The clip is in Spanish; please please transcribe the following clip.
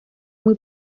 muy